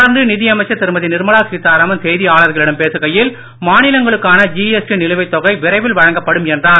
தொடர்ந்து நிதியமைச்சர் திருமதி நிர்மலா சீதாராமன் செய்தியாளர்களிடம் பேசுகையில் மாநிலங்களுக்கான ஜிஎஸ்டி நிலுவை தொகை விரைவில் வழங்கப்படும் என்றார்